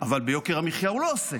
אבל ביוקר המחיה הוא לא עוסק.